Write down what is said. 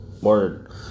Word